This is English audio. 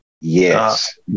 yes